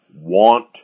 want